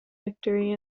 victory